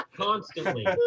Constantly